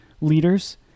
leaders